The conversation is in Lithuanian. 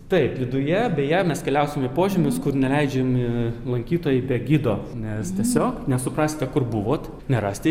taip viduje beje mes keliausim į požemius kur neleidžiami lankytojai be gido nes tiesiog nesuprasite kur buvot nerasite